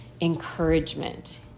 encouragement